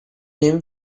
him